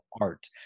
art